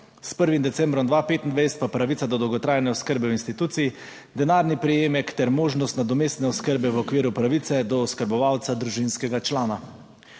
s 1. decembrom 2025 pa pravica do dolgotrajne oskrbe v instituciji, denarni prejemek ter možnost nadomestne oskrbe v okviru pravice do oskrbovalca družinskega člana.